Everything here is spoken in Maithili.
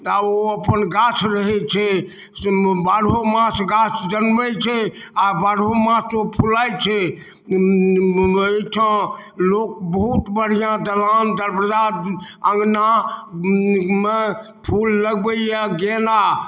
ता ओ अपन गाछ रहै छै बारहोमास गाछ जनमै छै आओर बारहोमास ओ फुलाइ छै अइठाम लोक बहुत बढ़िआँ दलान दरबजा अङना मे फूल लगबैय गेना